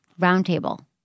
roundtable